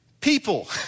People